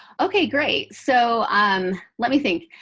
ok, great. so um let me think.